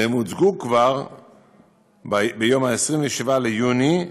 והם הוצגו כבר ביום 27 ביוני,